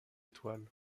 étoiles